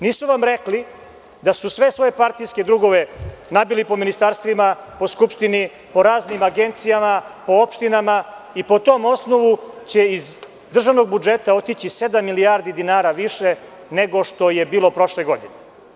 Nisu vam rekli da su sve svoje partijske drugove nabili po ministarstvima, po Skupštini, po raznim agencijama, po opštinama i po tom osnovu će iz državnog budžeta otići 7 milijardi dinara više, nego što je bilo prošle godine.